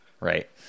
Right